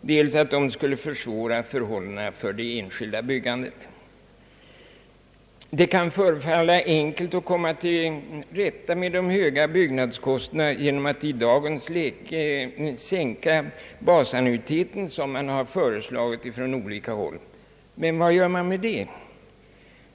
dels att de skulle försvåra förhållandena för det enskilda byggandet. Det kan förefalla enkelt att komma till rätta med de höga byggnadskostnaderna genom att i dagens läge sänka basannuiteten, som har föreslagits från olika håll. Men vad vinner man med det?